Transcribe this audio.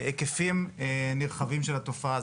היקפים נרחבים של התופעה,